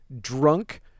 drunk